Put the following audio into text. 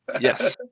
Yes